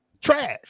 trash